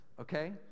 okay